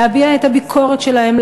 להביע את הביקורת שלהם,